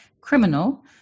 criminal